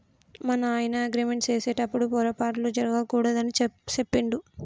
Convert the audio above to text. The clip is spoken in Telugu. మా నాయన అగ్రిమెంట్ సేసెటప్పుడు పోరపాట్లు జరగకూడదు అని సెప్పిండు